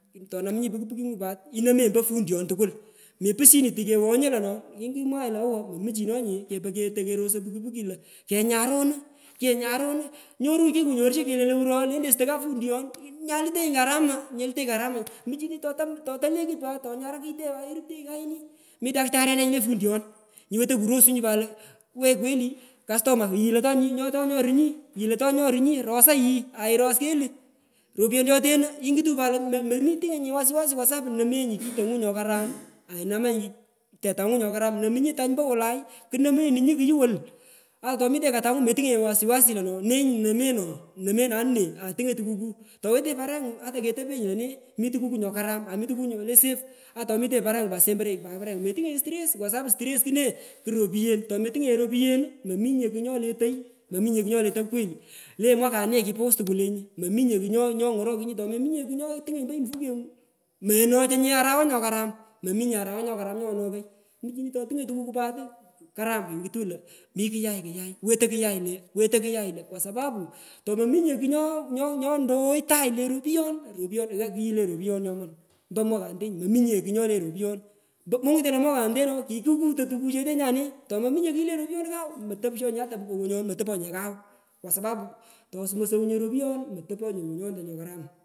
Tonamunyi puki pukinyu pat inomenyi mpo funduyon tukul mepushini tikowonyo lono imwanyi lo owo muchinonye kepetoi kerosoi puki puki lo kenyara ono kenyara ono nyorunyi kikunyorisho kelyon lowur lentonyi sutoi kapundion nyalutenyi karama nyalutenyi karama muchini totolekut pat tonyara kite ooh irupteghenyi kayiri midaktariante nyule pundion nyuwetoi kurosunyi pat lo guch kweli kastoma kuyiko yino tonyorunyi rosa yi airos ketu ropuyon choteno ingutunyi pat to metunginyinye wasi wasi kwa sapu nowenyi. Kitongu nyokaram ainomenyi tetangu nyokaram nomunyi tany ompowolai kunomenunyi kuyu wolu ata tomitenyi katangu thetutanginyine wasiwasi loho nenyu nomenon nonenanu ne atungonyi tukuku towetenyi parenyu ata ketopenyi lone mi tukutu ayokaram ami tukutu nyole safe mitenyi parengu pat semborenyi parenyu pat metungonyinye stress kwa sapu stress kune kuropuyen tometungonyinye ropuyenumominye kugh nyoletoi mominye kugh nyoletoi kweli lo mwakanuye kipus tukwun lenyu mominye kugh nyomo nyongorokunyi tomominye kugh nyotungonyi ompo mufukengu menochonye arawa nyokaram mominye arawa nyokaram nyonokoi muchini totungonyi tukuku pat kukaram ingutunyi lo mikuyai kuyai wetoi kuyai lo wetoi kuyai lo kwa sapapu tomominye kugh nyo nyo ntonhenghoi tagh le ropuyon gha kuyu le ropuyon nyoman mpo mwakanetenyu mominye kugh nyole ropuyon mpo. Monggutonye to mwaka nete no kikuwutoi tukuchete nyane tomominye kuyu le ropuyon kau motopishonye ata kokonyan motoponye kau kwa sapapu tomosowunye ropuyen motoponye kokonyonta nyokaram.